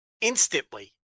instantly